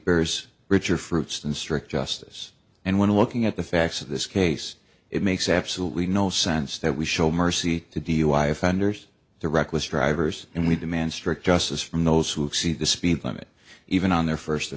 bears richer fruits than strict justice and when looking at the facts of this case it makes absolutely no sense that we show mercy to dui offenders the reckless drivers and we demand strict justice from those who exceed the speed limit even on their first